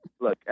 Look